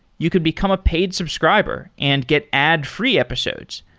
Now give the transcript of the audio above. you could become a paid subscriber and get ad-free episodes.